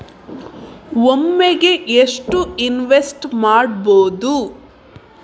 ಒಮ್ಮೆಗೆ ಎಷ್ಟು ಇನ್ವೆಸ್ಟ್ ಮಾಡ್ಬೊದು?